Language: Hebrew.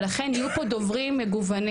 ולכן יהיו פה דוברים מגוונים,